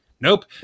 Nope